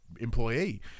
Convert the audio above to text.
employee